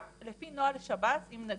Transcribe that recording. גם לפי נוהל שב"ס, אם נקביל,